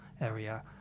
area